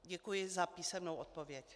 Děkuji za písemnou odpověď.